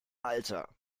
alter